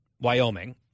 Wyoming